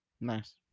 Nice